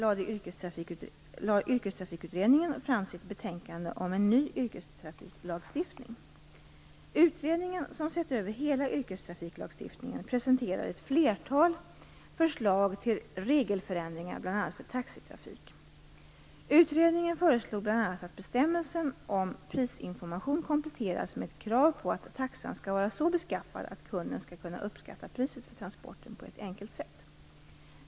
Utredningen, som sett över hela yrkestrafiklagstiftningen, presenterade ett flertal förslag till regelförändringar, bl.a. för taxitrafik. Utredningen föreslog bl.a. att bestämmelsen om prisinformation kompletteras med ett krav på att taxan skall vara så beskaffad att kunden skall kunna uppskatta priset för transporten på ett enkelt sätt.